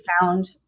found